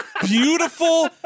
beautiful